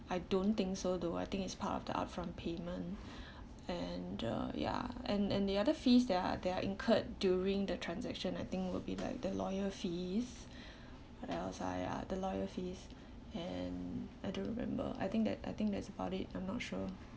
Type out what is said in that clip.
I don't think so too I think it's part of the upfront payment and uh ya and and the other fees there are there are incurred during the transaction I think will be like the lawyer fees what else I ah the lawyer fees and I don't remember I think that I think that's about it I'm not sure